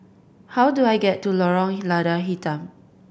how do I get to Lorong Lada Hitam